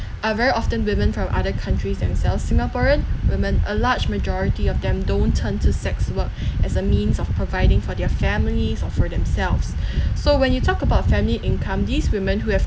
are very often women from other countries themselves singaporean women a large majority of them don't turn to sex work as a means of providing for their families or for themselves so when you talk about family income these women who have